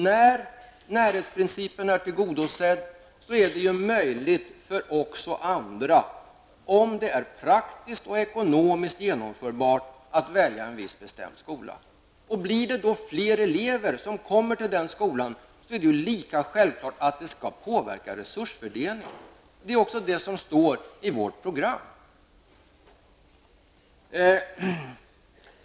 När närhetsprincipen är tillgodosedd är det möjligt för även andra, om det är praktiskt och ekonomiskt genomförbart, att välja en viss bestämd skola. Blir det då fler elever som kommer till den skolan är det lika självklart att det påverkar resursfördelningen. Det står också i vårt program.